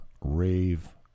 rave